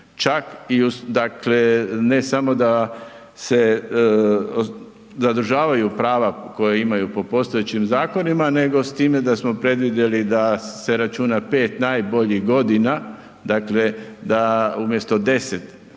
dakle, ne samo da se zadržavaju prava koja imaju po postojećim zakonima nego s time da smo predvidjeli da se računa 5 najboljih godina, dakle da umjesto 10, znači